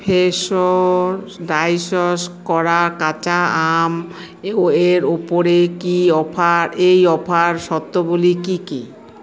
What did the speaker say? Fresho diced করা কাঁচা আম এর ওপরে কী অফার এই অফার শর্তাবলী কী কী